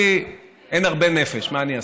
לי אין הרבה נפש, מה אני אעשה.